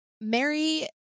Mary